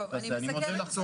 אני מודה לך.